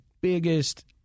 biggest